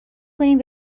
کنیم